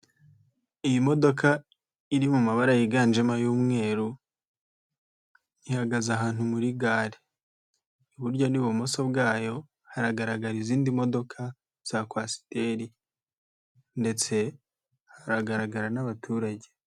Iyi modoka iri mu mabara yiganjemo y'umweru ihagaze ahantu muri gare, iburyo n'ibumoso bwayo haragaragara izindi modoka zakwasiteri ndetse haragaragara n'abaturage.